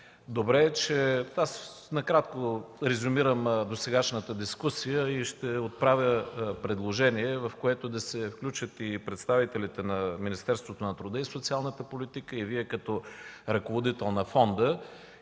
от фонда. Накратко резюмирам досегашната дискусия и ще отправя предложение, в което да се включат и представителите на Министерството на труда и социалната политика, и Вие като ръководител на фонда.